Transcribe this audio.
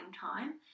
time